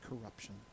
corruption